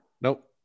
nope